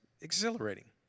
exhilarating